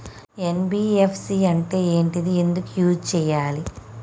NBFC అంటే ఏంటిది ఎందుకు యూజ్ చేయాలి?